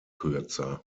kürzer